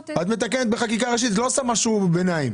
את מתקנת בחקיקה ראשית, את לא עושה משהו ביניים.